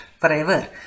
forever